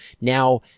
now